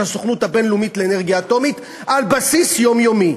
הסוכנות הבין-לאומית לאנרגיה אטומית על בסיס יומיומי.